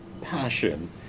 passion